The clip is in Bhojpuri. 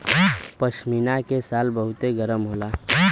पश्मीना के शाल बहुते गरम होला